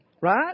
Right